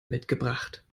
mitgebracht